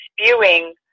spewing